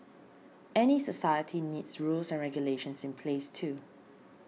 any society needs rules and regulations in place too